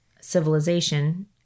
civilization